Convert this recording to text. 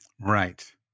Right